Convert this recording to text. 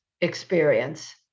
experience